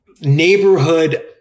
neighborhood